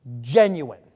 genuine